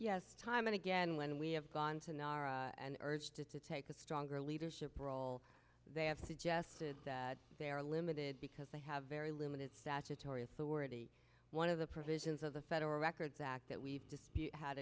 yes time and again when we have gone and urged her to take a stronger leadership role they have suggested that they are limited because they have very limited statutory authority one of the provisions of the federal records act that we've just had